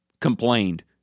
complained